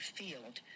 field